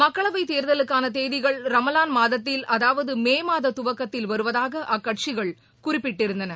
மக்களவைத் தேர்தலுக்கான தேதிகள் ரமலான் மாதத்தில் அதாவது மே மாத துவக்கதில் வருவதாக அக்கட்சிகள் குறிப்பிட்டிருந்தன